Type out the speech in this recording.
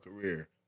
career